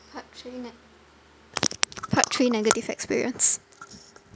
part three neg~ part three negative experience